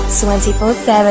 24-7